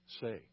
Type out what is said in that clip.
say